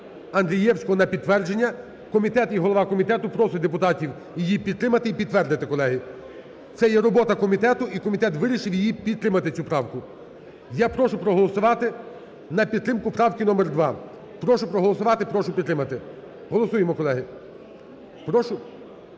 Андрієвського на підтвердження. Комітет і голова комітету просять депутатів її підтримати і підтвердити колеги, це є робота комітет і комітет вирішив її підтримати, цю правку. Я прошу проголосувати на підтримку правки номер 2, прошу проголосувати, прошу підтримати, голосуємо, колеги, прошу.